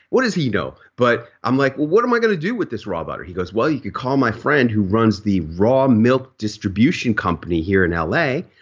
what does he know? but i'm like, well, what am i going to do with this raw butter? he goes, well, you could call my friend who runs the raw milk distribution company here in l a.